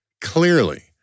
clearly